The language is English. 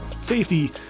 safety